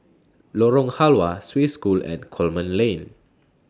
Lorong Halwa Swiss School and Coleman Lane